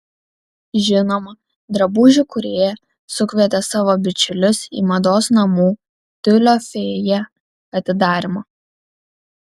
žinoma drabužių kūrėja sukvietė savo bičiulius į mados namų tiulio fėja atidarymą